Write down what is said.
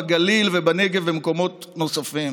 בגליל ובנגב ובמקומות נוספים.